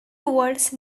towards